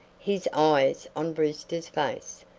his eyes on brewster's face.